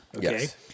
Yes